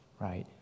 right